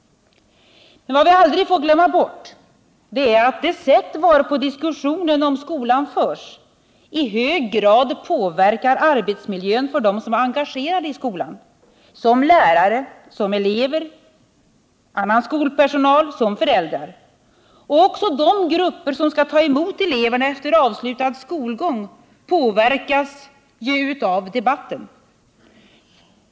Men vad vi aldrig får glömma bort är att det sätt varpå diskussionen om skolan förs i hög grad påverkar arbetsmiljön för dem som är engagerade i skolan — som lärare, som elever, som annan skolpersonal, som föräldrar. Och även de grupper som skall ta emot eleverna efter avslutad skolgång påverkas ju av debatten.